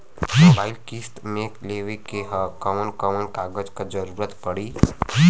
Mobile किस्त मे लेवे के ह कवन कवन कागज क जरुरत पड़ी?